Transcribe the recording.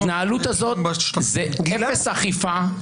ההתנהלות הזאת היא אפס אכיפה,